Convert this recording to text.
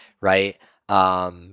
right